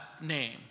name